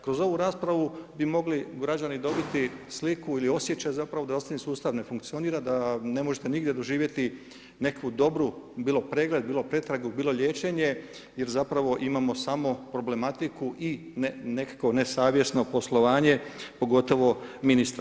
Kroz ovu raspravu bi mogli građani dobiti sliku ili osjećaj zapravo da zdravstveni sustav ne funkcionira, da ne možete nigdje doživjeti neku dobru, bilo pregled, bilo pretragu, bilo liječenje jer zapravo imamo samo problematiku i nekako nesavjesno poslovanje, pogotovo ministra.